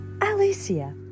alicia